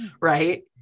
Right